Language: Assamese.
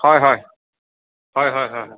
হয় হয় হয় হয় হয় হয়